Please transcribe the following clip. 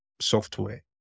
software